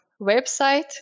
website